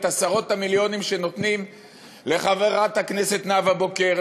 את עשרות המיליונים שנותנים לחברת הכנסת נאוה בוקר,